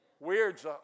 Weird's